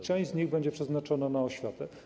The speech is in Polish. Część z nich będzie przeznaczona na oświatę.